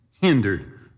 hindered